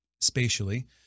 spatially